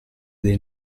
dei